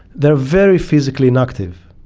they are very physically inactive.